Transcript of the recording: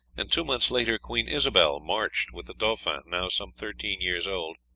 and two months later queen isobel marched with the dauphin, now some thirteen years old,